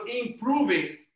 improving